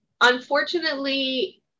Unfortunately